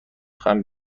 خواهم